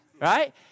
right